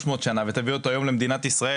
מאות שנה ותביא אותו היום למדינת ישראל,